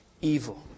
evil